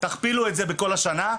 תכפילו את זה בכל יום בשנה,